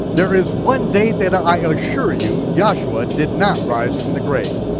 there is one date that i assure you yahshua did not raise from the grave,